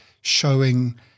showing